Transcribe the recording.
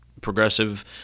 progressive